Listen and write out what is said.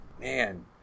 man